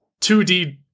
2d